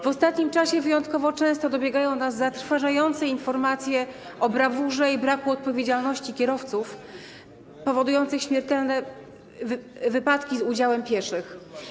W ostatnim czasie wyjątkowo często docierają do nas zatrważające informacje o brawurze i braku odpowiedzialności kierowców powodujących śmiertelne wypadki z udziałem pieszych.